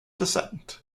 descent